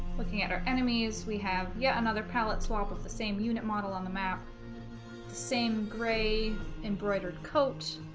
looking at our enemies we have yet another palette swap with the same unit model on the map same gray embroidered coat